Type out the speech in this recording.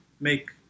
make